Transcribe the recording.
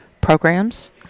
programs